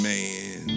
Man